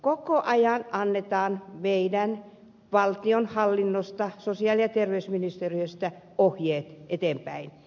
koko ajan annetaan meidän valtionhallinnosta sosiaali ja terveysministeriöstä ohjeet eteenpäin